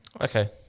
Okay